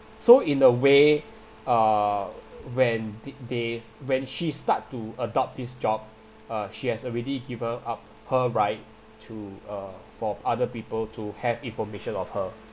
so in a way uh when ti~ they when she start to adopt this job uh she has already given up her right to uh for other people to have information of her